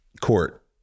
court